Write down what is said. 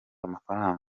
amafaranga